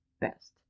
best